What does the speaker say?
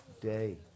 day